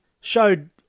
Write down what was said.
showed